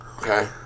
Okay